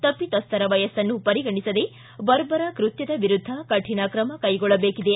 ತಪ್ಪಿತಸ್ಥರ ವಯಸ್ಸನ್ನು ಪರಿಗಣಿಸದೇ ಬರ್ಬರ ಕೃತ್ಯದ ವಿರುದ್ಧ ಕೌಣ ತ್ರಮ ಕೈಗೊಳ್ಳಬೇಕಿದೆ